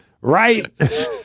Right